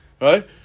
right